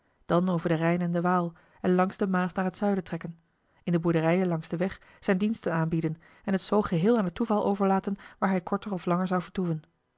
dan over den rijn en de waal en langs de maas naar het zuiden trekken in de boerderijen langs den weg zijne diensten aanbieden en het zoo geheel aan het toeval overlaten waar hij korter of langer zou vertoeven